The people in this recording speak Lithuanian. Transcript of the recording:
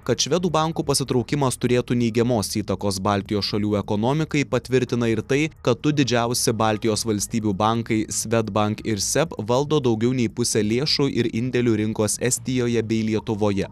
kad švedų bankų pasitraukimas turėtų neigiamos įtakos baltijos šalių ekonomikai patvirtina ir tai kad du didžiausi baltijos valstybių bankai swedbank ir seb valdo daugiau nei pusę lėšų ir indėlių rinkos estijoje bei lietuvoje